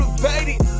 Motivated